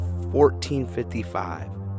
1455